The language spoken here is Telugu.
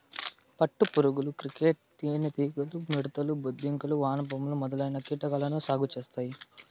పట్టు పురుగులు, క్రికేట్స్, తేనె టీగలు, మిడుతలు, బొద్దింకలు, వానపాములు మొదలైన కీటకాలను సాగు చేత్తారు